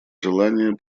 желание